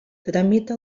tramita